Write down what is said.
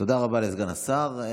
תודה רבה לסגן השר.